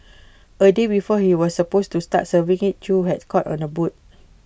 A day before he was supposed to start serving IT chew was caught on A boat